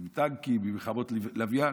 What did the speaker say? עם טנקים, עם לוויין.